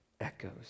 echoes